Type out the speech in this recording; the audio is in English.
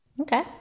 Okay